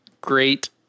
great